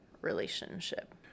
relationship